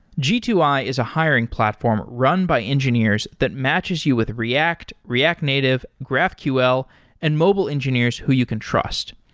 g two i is a hiring platform run by engineers that matches you with react, react native, graphql and mobile engineers who you can trust.